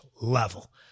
level